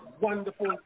wonderful